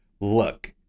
look